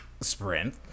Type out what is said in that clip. Sprint